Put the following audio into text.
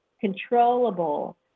controllable